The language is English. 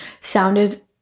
sounded